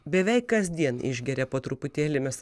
beveik kasdien išgeria po truputėlį mes